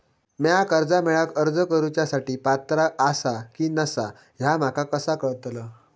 म्या कर्जा मेळाक अर्ज करुच्या साठी पात्र आसा की नसा ह्या माका कसा कळतल?